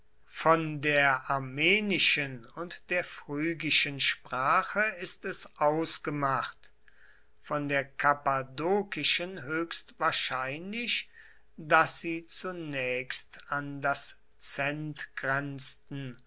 von der armenischen und der phrygischen sprache ist es ausgemacht von der kappadokischen höchstwahrscheinlich daß sie zunächst an das zend grenzten